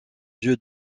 dieux